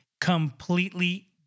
completely